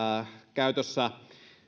käytössä